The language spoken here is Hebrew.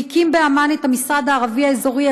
הוא הקים בעמאן את המשרד הערבי האזורי,